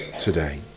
today